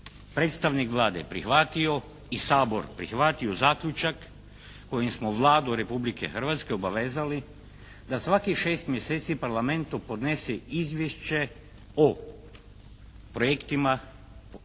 predstavnik Vlade prihvatio i Sabor prihvatio zaključak kojim smo Vladu Republike Hrvatske obavezali da svakih 6 mjeseci Parlamentu podnese izvješće o projektima,